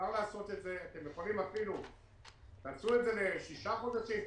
תעשו את זה לשישה חודשים,